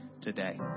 today